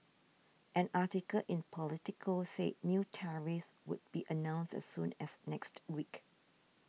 an article in Politico said new tariffs would be announced as soon as next week